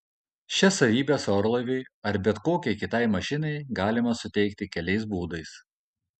šias savybes orlaiviui ar bet kokiai kitai mašinai galima suteikti keliais būdais